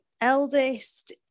eldest